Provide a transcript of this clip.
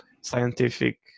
scientific